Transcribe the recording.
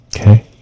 Okay